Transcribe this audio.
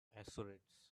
assurance